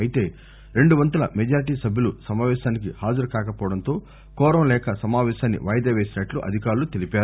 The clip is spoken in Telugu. అయితే రెండు వంతుల మెజారిటీ సభ్యులు సమావేశానికి హాజరుకాకపోవడంతో కోరం లేక సమావేశాన్ని వాయిదా వేసిన్నట్లు అధికారులు తెలిపారు